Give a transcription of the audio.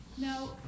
Now